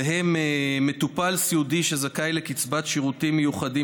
ואלה הם: מטופל סיעודי שזכאי לקצבת שירותים מיוחדים